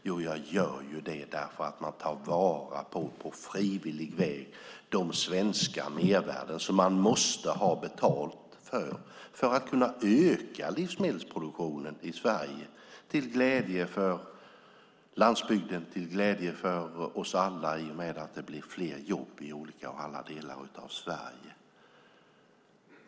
Jo, jag gör det därför att man tar vara på, på frivillig väg, de svenska mervärden som man måste ta betalt för för att öka livsmedelsproduktionen i Sverige till glädje för landsbygden och oss alla i och med att det blir fler jobb i olika delar av Sverige.